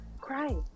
cry